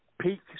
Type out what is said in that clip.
peak